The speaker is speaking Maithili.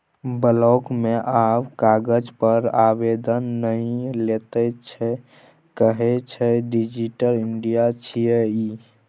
बिलॉक मे आब कागज पर आवेदन नहि लैत छै कहय छै डिजिटल इंडिया छियै ई